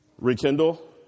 rekindle